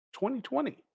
2020